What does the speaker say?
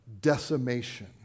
decimation